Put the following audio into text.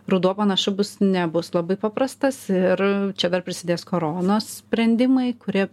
ruduo panašu bus nebus labai paprastas ir čia dar prisidės koronos sprendimai kurie